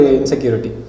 insecurity